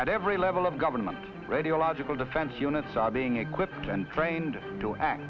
at every level of government radiological defense units are being equipped and trained to act